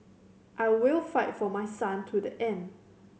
I will fight for my son to the end